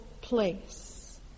place